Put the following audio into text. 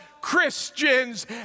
Christians